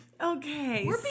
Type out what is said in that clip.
Okay